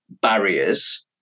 barriers